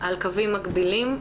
על קוים מקבילים,